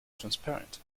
transparent